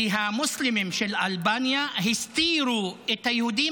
כי המוסלמים של אלבניה הסתירו את היהודים